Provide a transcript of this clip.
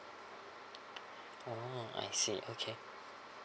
ah I see okay